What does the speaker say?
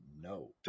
No